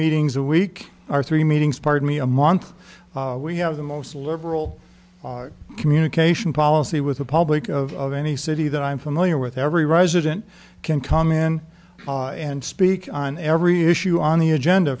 meetings a week or three meetings pardon me a month we have the most liberal communication policy with a public of any city that i'm familiar with every resident can come in and speak on every issue on the agenda